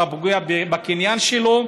אתה פוגע בקניין שלו,